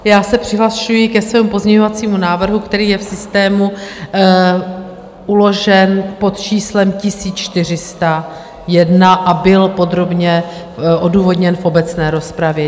Já se přihlašuji ke svému pozměňovacímu návrhu, který je v systému uložen pod číslem 1401 a byl podrobně odůvodněn v obecné rozpravě.